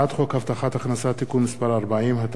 הצעת חוק בתי-המשפט (תיקון מס' 72) (שופט תעבורה),